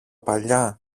παλιά